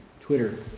Twitter